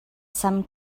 some